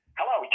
Hello